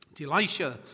Elisha